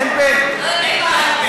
אין פ"א, אין מה לחפש.